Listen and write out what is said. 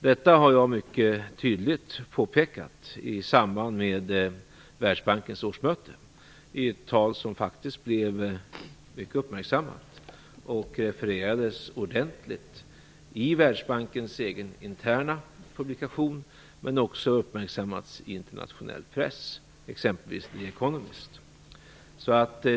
Detta har jag mycket tydligt påpekat i samband med Världsbankens årsmöte i ett tal, som blev mycket uppmärksammat och som refererades ordentligt i Världsbankens egen interna publikation men också uppmärksammades i internationell press, exempelvis i The Economist.